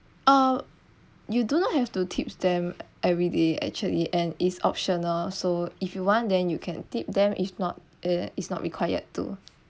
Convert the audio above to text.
err you do not have to tip them every day actually and it's optional so if you want then you can tip them if not err it's not required to